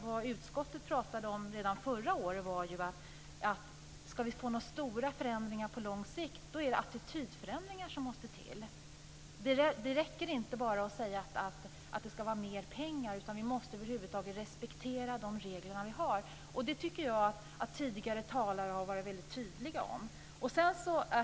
Vad utskottet talade om redan förra året var att om vi ska få några stora förändringar på lång sikt måste det till attitydförändringar. Det räcker inte att bara säga att det ska till mer pengar, utan vi måste respektera de regler vi har. Det tycker jag att tidigare talare har varit väldigt tydliga om.